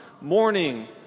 morning